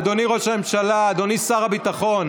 אדוני ראש הממשלה, אדוני שר הביטחון,